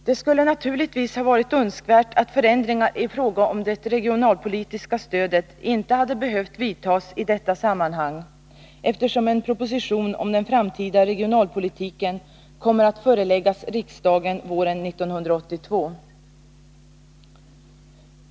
Det skulle naturligtvis ha varit önskvärt att förändringar i fråga om det regionalpolitiska stödet inte hade behövt vidtas i detta sammanhang, eftersom en proposition om den framtida regionalpolitiken kommer att föreläggas riksdagen våren 1982.